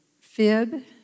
fib